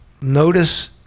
Notice